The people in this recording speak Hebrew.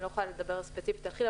אני לא יכולה לדבר ספציפית על כי"ל,